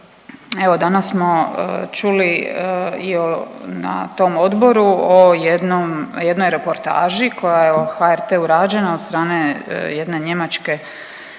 evo danas smo čuli i na tom odboru o jednom, jednoj reportaži koja je o HRT-u rađena od strane jedne njemačke